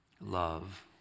love